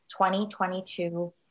2022